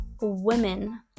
women